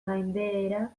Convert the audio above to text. gainbehera